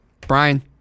Brian